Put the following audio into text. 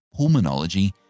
pulmonology